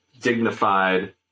dignified